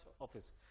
office